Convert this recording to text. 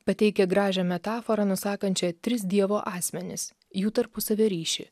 pateikia gražią metaforą nusakančią tris dievo asmenis jų tarpusavio ryšį